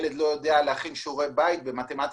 ילד לא יודע להכין שיעורי בית במתמטיקה,